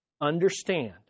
understand